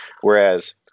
Whereas